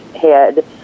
head